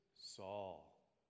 Saul